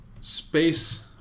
space